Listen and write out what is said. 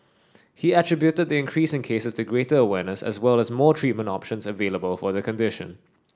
he attributed the increase in cases to greater awareness as well as more treatment options available for the condition